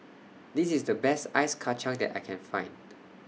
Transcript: This IS The Best Ice Kachang that I Can Find